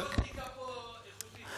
האקוסטיקה פה איכותית.